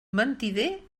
mentider